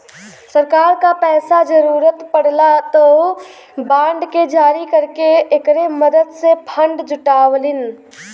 सरकार क पैसा क जरुरत पड़ला त उ बांड के जारी करके एकरे मदद से फण्ड जुटावलीन